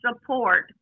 support